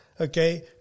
Okay